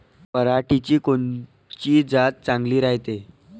पऱ्हाटीची कोनची जात चांगली रायते?